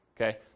okay